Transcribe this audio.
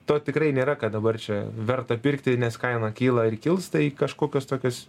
to tikrai nėra kad dabar čia verta pirkti nes kaina kyla ir kils tai kažkokios tokios